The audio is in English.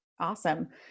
Awesome